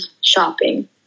shopping